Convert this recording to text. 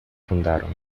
fundaron